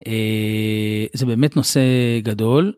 זה באמת נושא גדול.